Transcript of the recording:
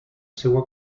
seua